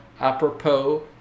apropos